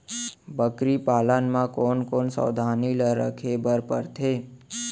बकरी पालन म कोन कोन सावधानी ल रखे बर पढ़थे?